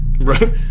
Right